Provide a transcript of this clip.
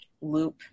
loop